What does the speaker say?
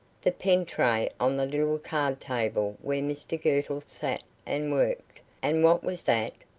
the pen-tray on the card-table where mr girtle sat and worked and what was that?